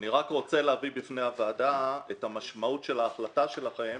אני רק רוצה להביא בפני הוועדה את המשמעות של ההחלטה שלכם